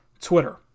Twitter